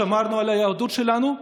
שמרנו על היהדות שלנו,